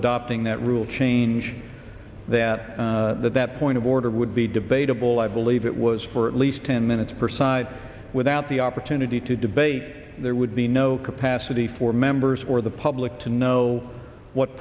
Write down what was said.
adopting that rule change that that point of order would be debatable i believe it was for at least ten minutes per side without the opportunity to debate there would be no capacity for members or the public to know what